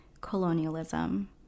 colonialism